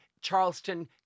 Charleston